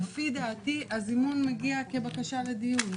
לפי דעתי, הזימון מגיע כבקשה לדיון.